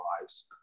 lives